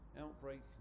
outbreak